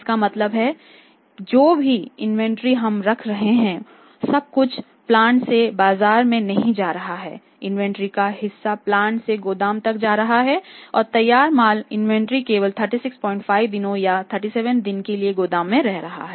इसका मतलब है जो भी इन्वेंट्री हम रख रहे हैं सब कुछ प्लांट से बाजार में नहीं जा रहा है इन्वेंट्री का हिस्सा प्लांट से गोदाम तक जा रहा है और तैयार माल इन्वेंट्री केवल 365 दिनों या 37 दिनों के लिए गोदाम में रह रहा है